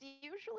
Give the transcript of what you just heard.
usually